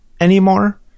anymore